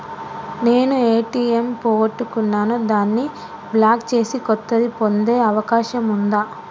నేను ఏ.టి.ఎం పోగొట్టుకున్నాను దాన్ని బ్లాక్ చేసి కొత్తది పొందే అవకాశం ఉందా?